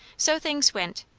so things went,